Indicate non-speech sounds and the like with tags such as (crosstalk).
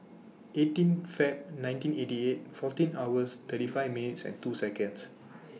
(noise) eighteen Feb nineteen eighty eight fourteen hours thirty five minutes and two Seconds